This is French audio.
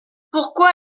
pourquoi